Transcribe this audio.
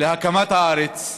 להקמת הארץ,